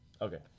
Okay